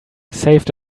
saved